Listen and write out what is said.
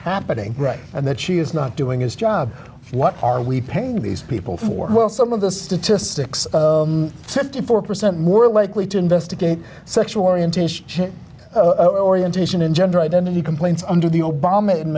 happening right and that she is not doing his job what are we paying these people for well some of the statistics busy sixty four percent more likely to investigate sexual orientation orientation and gender identity complaints under the